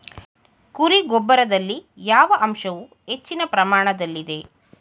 ಕುರಿ ಗೊಬ್ಬರದಲ್ಲಿ ಯಾವ ಅಂಶವು ಹೆಚ್ಚಿನ ಪ್ರಮಾಣದಲ್ಲಿದೆ?